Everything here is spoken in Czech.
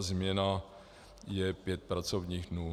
Změna je pět pracovních dnů.